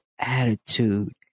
attitude